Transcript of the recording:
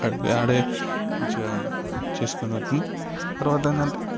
ఆ ఆడే మంచిగా తర్వాత ఏంటంటే